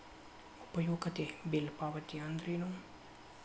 ಉಪಯುಕ್ತತೆ ಬಿಲ್ ಪಾವತಿ ಅಂದ್ರೇನು?